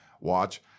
watch